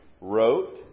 wrote